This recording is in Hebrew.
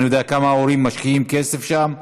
אני יודע כמה ההורים משקיעים כסף שם,